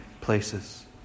places